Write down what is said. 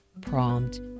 prompt